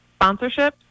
sponsorships